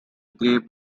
gray